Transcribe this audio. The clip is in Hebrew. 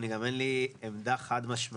אני גם אין לי עמדה חד משמעית,